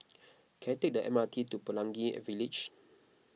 can I take the M R T to Pelangi Village